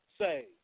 Say